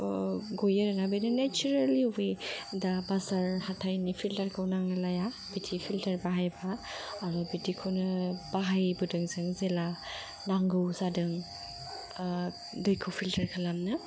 गयो आरो ना बेनो नेचारेल वे दा बाजार हाथाइनि फिल्टारखौ नांलाय लाया बिदि फिल्टार बाहायबा आरो बिदिखौनो बाहाय बोदों जों जेला नांगौ जादों दैखौ फिल्टार खालामनो